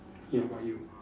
how about you